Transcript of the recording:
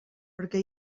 perquè